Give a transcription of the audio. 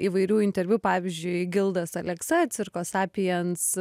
įvairių interviu pavyzdžiui gildas aleksa cirko sapijans